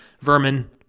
vermin